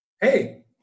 hey